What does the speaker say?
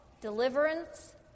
deliverance